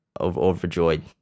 overjoyed